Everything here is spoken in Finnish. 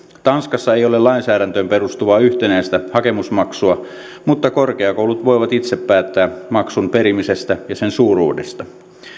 tanskassa ei ole lainsäädäntöön perustuvaa yhtenäistä hakemusmaksua mutta korkeakoulut voivat itse päättää maksun perimisestä ja sen suuruudesta